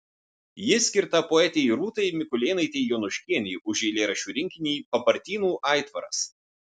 ji skirta poetei rūtai mikulėnaitei jonuškienei už eilėraščių rinkinį papartynų aitvaras